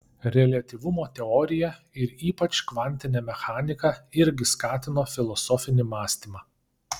reliatyvumo teorija ir ypač kvantinė mechanika irgi skatino filosofinį mąstymą